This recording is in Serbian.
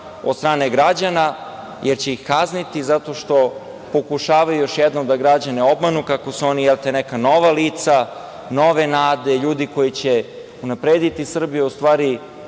od strane građana, jer će ih kazniti zato što pokušavaju još jednom da građane obmanu, kako su oni, jel te, neka nova lica, nove nade, ljudi koji će unaprediti Srbiju, u stvari,